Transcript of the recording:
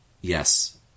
Yes